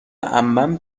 عمم